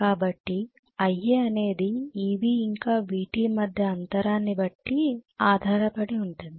కాబట్టి Ia అనేది Eb ఇంకా Vt మధ్య అంతరాన్ని బట్టి ఆధారపడి ఉంటుంది